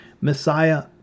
Messiah